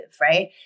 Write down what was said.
right